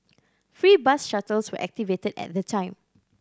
free bus shuttles were activated at the time